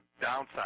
downside